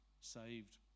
saved